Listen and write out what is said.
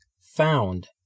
found